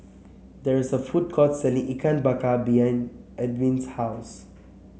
there is a food court selling Ikan Bakar behind Edw's house